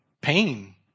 pain